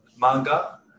manga